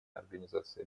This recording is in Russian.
организации